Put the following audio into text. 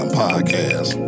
podcast